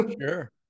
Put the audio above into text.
Sure